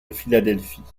philadelphie